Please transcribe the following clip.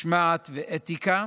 משמעת ואתיקה,